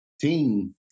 team